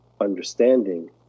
understanding